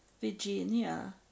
Virginia